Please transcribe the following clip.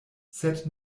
sed